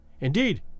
Indeed